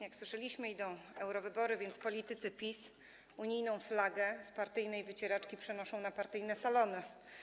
Jak słyszeliśmy, idą eurowybory, więc politycy PiS unijną flagę z partyjnej wycieraczki przenoszą na partyjne salony.